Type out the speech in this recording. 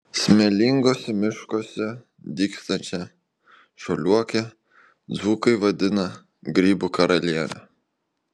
smėlinguose miškuose dygstančią žaliuokę dzūkai vadina grybų karaliene